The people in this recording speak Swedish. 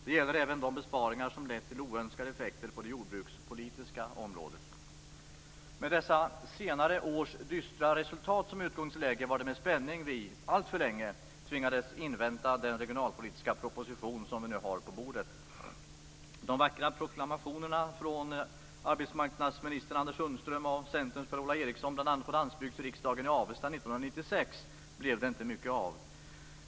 Det gäller även de besparingar som fått oönskade effekter på det jordbrukspolitiska området. Med dessa senare års dystra resultat som utgångsläge var det med spänning som vi, alltför länge, tvingades invänta den regionalpolitiska proposition som vi nu har på bordet. De vackra proklamationerna från arbetsmarknadsminister Anders Sundström och Centerns Per-Ola Eriksson, bl.a. på lansbygdsriksdagen i Avesta 1996, blev det inte mycket av.